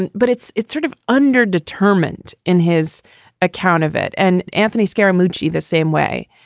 and but it's it's sort of under determent in his account of it. and anthony scarer muji, the same way,